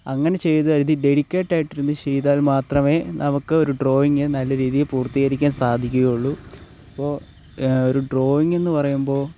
അങ്ങനെ ചെയ്താൽ ഇത് ഡെഡിക്കേറ്റഡായിട്ടിരുന്നു ചെയ്താൽ മാത്രമേ നമുക്ക് ഒരു ഡ്രോയിങ് നല്ല രീതിയിൽ പൂർത്തീകരിക്കാൻ സാധിക്കുകയുള്ളൂ അപ്പോൾ ഒരു ഡ്രോയിങ് എന്ന് പറയുമ്പോൾ